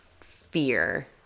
fear